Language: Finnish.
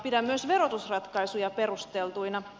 pidän myös verotusratkaisuja perusteltuina